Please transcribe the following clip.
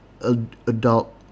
adult